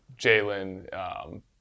Jalen